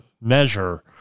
measure